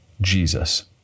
Jesus